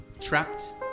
trapped